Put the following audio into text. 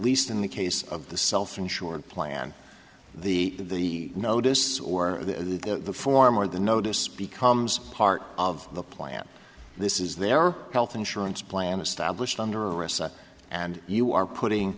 least in the case of the self insured plan the notice or the form or the notice becomes part of the plan this is their health insurance plan established under arrest and you are putting